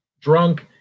drunk